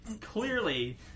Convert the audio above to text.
clearly